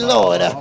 Lord